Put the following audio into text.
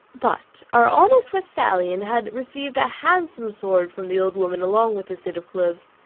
but our honest westphalian had received a handsome sword from the old woman along with the suit of clothes.